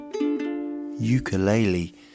ukulele